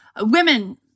women